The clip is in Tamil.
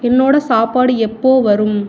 என்னோட சாப்பாடு எப்போது வரும்